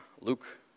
Luke